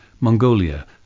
Mongolia